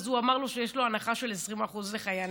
אז הוא אמר לו שיש לו הנחה של 20% לחיילים,